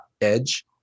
edge